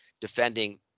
defending